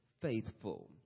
faithful